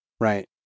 Right